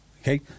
Okay